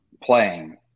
playing